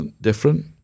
different